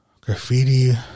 Graffiti